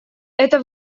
это